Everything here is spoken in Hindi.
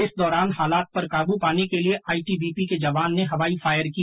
इस दौरान हालात पर काबू पाने के लिये आइटीबीपी के जवान ने हवाई फायर किया